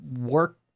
work